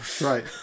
Right